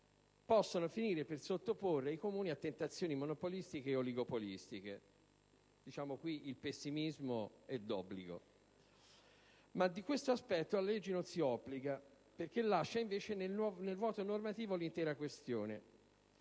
potrebbero finire per sottoporre i Comuni a tentazioni monopolistiche o oligopolistiche. Qui il pessimismo è d'obbligo; ma di questo aspetto la legge non si occupa, lasciando invece nel vuoto normativo l'intera questione.